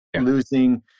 losing